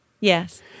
Yes